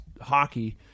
Hockey